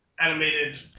animated